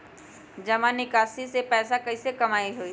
जमा निकासी से पैसा कईसे कमाई होई?